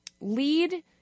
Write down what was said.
lead